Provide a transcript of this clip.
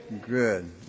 Good